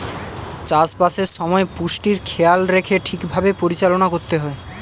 চাষ বাসের সময় পুষ্টির খেয়াল রেখে ঠিক ভাবে পরিচালনা করতে হয়